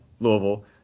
Louisville